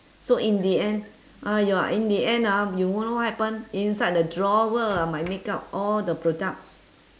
so in the end !aiya! in the end ah you w~ know what happen inside the drawer ah my makeup all the products